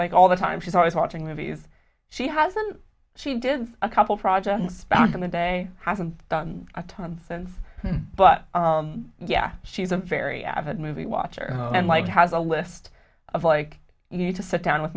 like all the time she's always watching movies she hasn't she does a couple projects back in the day hasn't done a time since but yeah she's a very avid movie watcher and like has a list of like you need to sit down with